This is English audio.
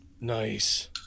Nice